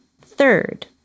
Third